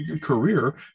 career